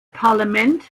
parlament